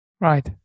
Right